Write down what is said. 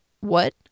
what